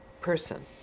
person